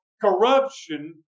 corruption